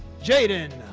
jay hagen,